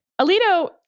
Alito